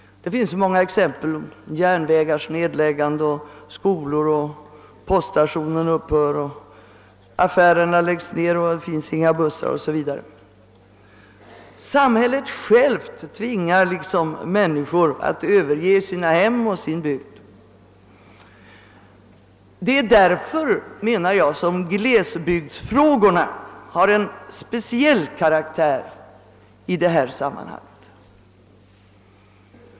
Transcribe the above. Det finns så många exempel: järnvägar läggs ned, skolor och poststationer upphör, affärer läggs ned, det finns inga bussar o.s.v. Samhället liksom tvingar människor att överge sina hem och sin bygd. Det är därför, menar jag, som glesbygdsfrågorna har en speciell karaktär i detta sammanhang.